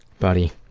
buddy,